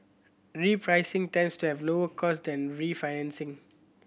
repricing tends to have lower cost than refinancing